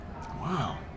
Wow